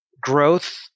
growth